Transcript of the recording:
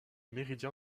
méridien